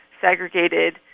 segregated